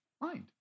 mind